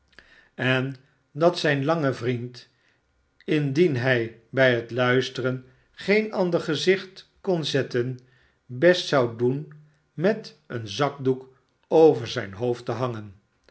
en dat zijn lange vriend indien hij bij het luisteren geen ander gezicht kon zetten best zou dcen met een zakdoek over zijn hoofd te hangen